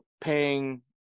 paying